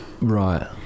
right